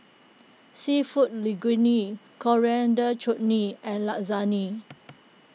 Seafood Linguine Coriander Chutney and Lasagne